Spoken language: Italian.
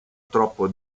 troppo